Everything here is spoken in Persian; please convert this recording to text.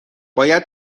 باید